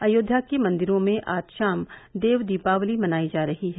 अयोध्या के मंदिरों में आज शाम देव दीपावली मनायी जा रही है